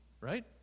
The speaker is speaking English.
right